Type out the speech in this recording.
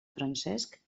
francesc